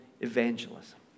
evangelism